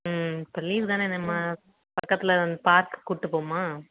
ம் இப்போ லீவ் தானே நம்ம பக்கத்தில் அந்த பார்க் கூட்டு போவோமா